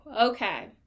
okay